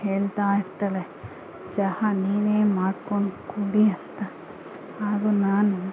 ಹೇಳ್ತಾಯಿರ್ತಾಳೆ ಚಹಾ ನೀನೇ ಮಾಡ್ಕೊಂಡು ಕುಡಿ ಅಂತ ಹಾಗು ನಾನು